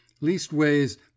Leastways